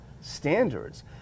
standards